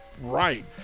right